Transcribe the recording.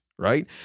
Right